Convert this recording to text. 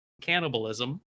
cannibalism